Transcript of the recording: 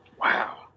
Wow